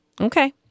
Okay